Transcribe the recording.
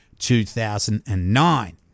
2009